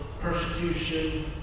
persecution